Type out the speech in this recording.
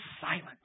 silent